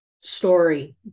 story